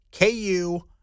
KU